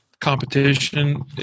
competition